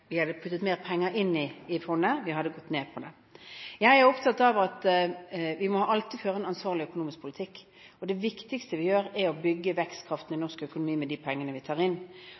hadde puttet mer penger inn i fondet, hadde vi gått ned. Jeg er opptatt av at vi alltid må føre en ansvarlig økonomisk politikk. Det viktigste vi gjør, er å bygge vekstkraften i norsk økonomi med de pengene vi tar inn.